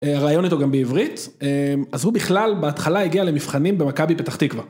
הרעיון איתו גם בעברית, אז הוא בכלל בהתחלה הגיע למבחנים במכבי פתח תקווה.